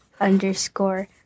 underscore